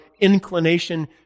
inclination